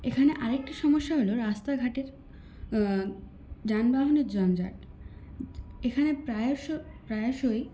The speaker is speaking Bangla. এখানে আরেকটি সমস্যা হল রাস্তাঘাটের যানবাহনের ঝঞ্ঝাট এখানে প্রায়শ প্রায়শই